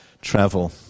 travel